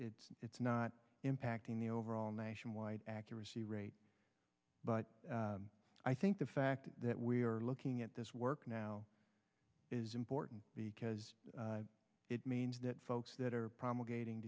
it it's not impacting the overall nationwide accuracy rate but i think the fact that we are looking at this work now is important because it means that folks that are promulgating